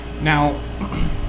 Now